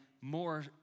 more